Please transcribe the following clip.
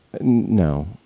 No